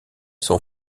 son